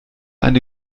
eine